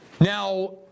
Now